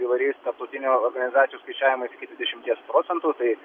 įvairiais tarptautinių organizatorių skaičiavimais dešimties procentų tai